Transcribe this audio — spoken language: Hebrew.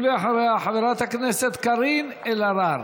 ואחריה, חברת הכנסת קארין אלהרר.